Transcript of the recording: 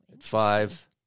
five